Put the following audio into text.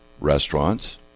restaurants